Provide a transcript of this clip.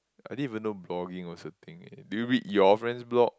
I didn't even know blogging was a thing eh do you read your friend's blog